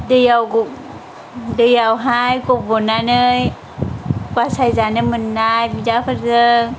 दैयावहाय गब'नानै बासायजानो मोननाय बिदाफोरजों